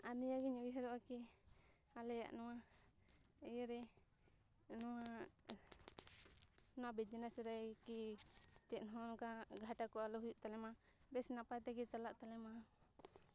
ᱟᱨ ᱱᱤᱭᱟᱹᱜᱤᱧ ᱩᱭᱦᱟᱹᱨᱚᱜᱼᱟ ᱠᱤ ᱟᱞᱮᱭᱟᱜ ᱱᱚᱣᱟ ᱤᱭᱟᱹᱨᱮ ᱱᱚᱣᱟ ᱵᱤᱡᱽᱱᱮᱥ ᱨᱮ ᱠᱤ ᱪᱮᱫ ᱦᱚᱸ ᱱᱚᱝᱠᱟ ᱜᱷᱟᱴᱟ ᱠᱚ ᱟᱞᱚ ᱦᱩᱭᱩᱜ ᱛᱟᱞᱮᱢᱟ ᱵᱮᱥ ᱱᱟᱯᱟᱭ ᱛᱮᱜᱮ ᱪᱟᱞᱟᱜ ᱛᱟᱞᱮᱢᱟ